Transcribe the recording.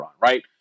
right